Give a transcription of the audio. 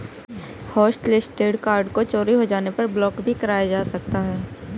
hotlisted card को चोरी हो जाने पर ब्लॉक भी कराया जा सकता है